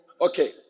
Okay